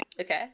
Okay